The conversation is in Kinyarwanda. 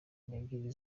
n’ebyiri